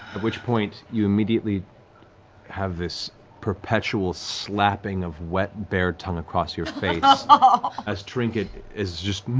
which point, you immediately have this perpetual slapping of wet bear tongue across your face ah as trinket is just